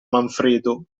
manfredo